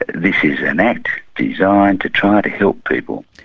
this is an act designed to try to help people.